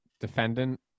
defendant